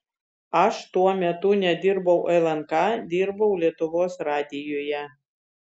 aš tuo metu nedirbau lnk dirbau lietuvos radijuje